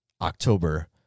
October